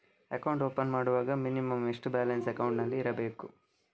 Account open ಮಾಡುವಾಗ minimum ಎಷ್ಟು balance ಅಕೌಂಟಿನಲ್ಲಿ ಇರಬೇಕು?